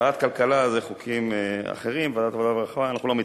אנחנו עוברים